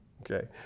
okay